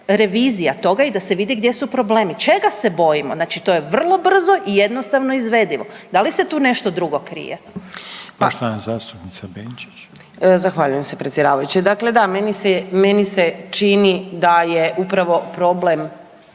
revizija toga i da se vidi gdje su problemi. Čega se bojimo? Znači to je vrlo brzo i jednostavno izvedivo. Da li ste tu nešto drugo krije? **Reiner, Željko (HDZ)** Poštovana zastupnica Benčić. **Benčić, Sandra (Možemo!)** Zahvaljujem se predsjedavajući. Dakle da, meni se čini da je upravo problem